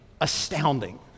Astounding